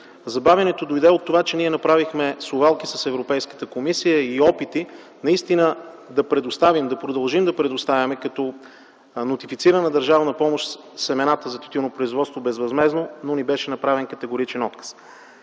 Забавянето дойде от това, че ние направихме совалки с Европейската комисия и опити наистина да продължим да предоставяме като нотифицирана държавна помощ семената за тютюнопроизводство безвъзмездно, но ни беше направен категоричен отказ.